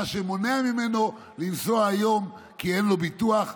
מה שמונע ממנו לנסוע היום כי אין לו ביטוח,